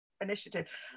Initiative